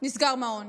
ונסגר מעון.